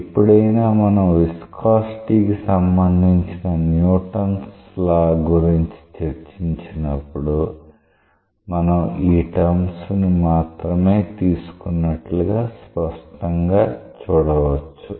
ఎప్పుడైనా మనం విస్కాసిటీ కి సంబంధించిన Newton's law Newton's law of viscosity గురించి చర్చించినప్పుడు మనం ఈ టర్మ్ ని మాత్రమే తీసుకున్నట్టు స్పష్టంగా చూడవచ్చు